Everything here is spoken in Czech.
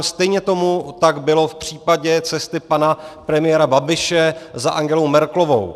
Stejně tomu tak bylo v případě cesty pana premiéra Babiše za Angelou Merkelovou.